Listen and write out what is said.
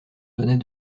donnait